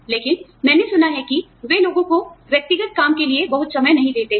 लेकिन मैंने सुना है कि वे लोगों को व्यक्तिगत काम के लिए बहुत समय नहीं देते हैं